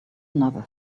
another